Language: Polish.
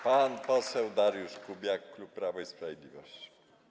Pan poseł Dariusz Kubiak, klub Prawo i Sprawiedliwość.